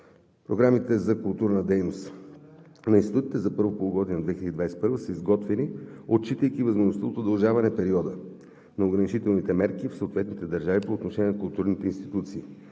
Програмите за културна дейност на институтите за първото полугодие на 2021 г. са изготвени, отчитайки възможността от удължаване периода на ограничителните мерки в съответните държави по отношение на културните институции.